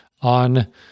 on